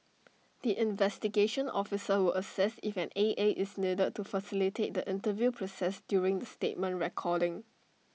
the investigation officer will assess if an A A is needed to facilitate the interview process during the statement recording